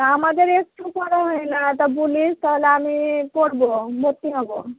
তা আমাদের একটু করে হয় না তা বলিস তাহলে আমি পড়বো ভত্তি হবো